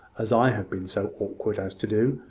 as i have been so awkward as to do.